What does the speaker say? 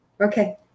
Okay